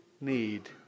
need